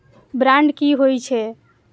Bond की होई छै?